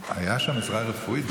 הייתה שם עזרה רפואית?